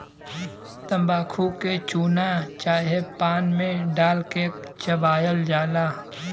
तम्बाकू के चूना चाहे पान मे डाल के चबायल जाला